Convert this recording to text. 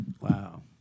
Wow